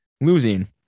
losing